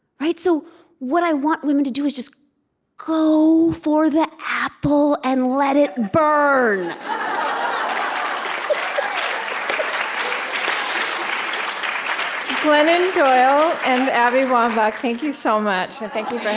so what i want women to do is just go for the apple and let it burn um glennon doyle and abby wambach, thank you so much. and thank you for